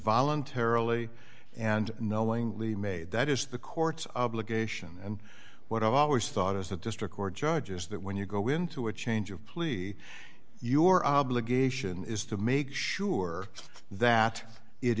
voluntarily and knowingly made that is the court's obligation and what i've always thought as a district court judge is that when you go into a change of plea your obligation is to make sure that it